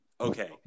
okay